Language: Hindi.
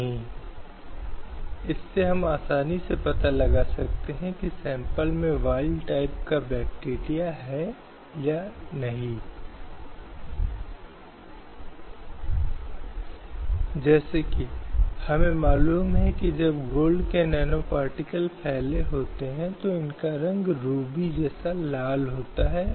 और एक प्रस्ताव जो हमें महासंघ द्वारा दिया गया है वह यह था कि परंपरागत रूप से मेकअप कलाकार की ये भूमिका केवल पुरुषों द्वारा की जा रही है